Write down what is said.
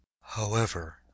However